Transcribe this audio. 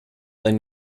ein